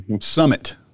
summit